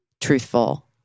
truthful